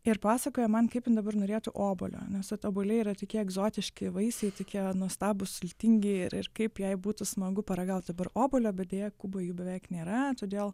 ir pasakoja man kaip jinai dabar norėtų obuolio nes vat obuoliai yra tokie egzotiški vaisiai tokie nuostabūs sultingi ir ir kaip jai būtų smagu paragaut obuolio bet deja kuboj jų beveik nėra todėl